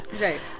Right